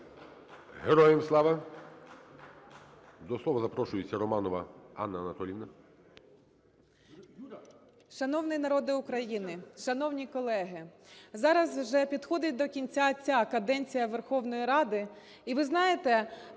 Героям слава! До слова запрошується Романова Анна Анатоліївна.